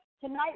Tonight